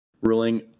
ruling